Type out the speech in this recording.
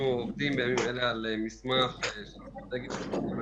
אנחנו עובדים בימים אלה על מסמך של אסטרטגיות בתקופת משבר.